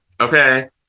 okay